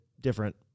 different